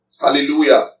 Hallelujah